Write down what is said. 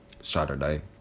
Saturday